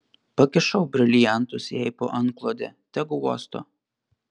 pakišau briliantus jai po antklode tegu uosto